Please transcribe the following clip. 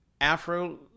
Afro